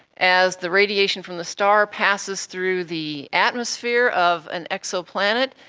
as the radiation from the star passes through the atmosphere of an exoplanet,